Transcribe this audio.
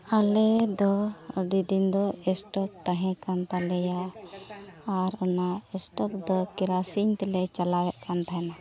ᱟᱞᱮ ᱫᱚ ᱟᱹᱰᱤ ᱫᱤᱱ ᱫᱚ ᱥᱴᱳᱵᱷ ᱛᱟᱦᱮᱸ ᱠᱟᱱ ᱛᱟᱞᱮᱭᱟ ᱟᱨ ᱚᱱᱟ ᱥᱴᱳᱵᱷ ᱫᱚ ᱠᱮᱨᱟᱥᱤᱱ ᱛᱮᱞᱮ ᱪᱟᱞᱟᱣᱮᱫ ᱠᱟᱱ ᱛᱟᱦᱮᱱᱟ